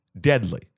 deadly